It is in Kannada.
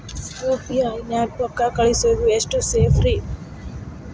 ಯು.ಪಿ.ಐ ನ್ಯಾಗ ರೊಕ್ಕ ಕಳಿಸೋದು ಎಷ್ಟ ಸೇಫ್ ರೇ?